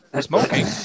smoking